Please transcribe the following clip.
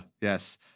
yes